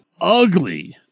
ugly